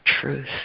truth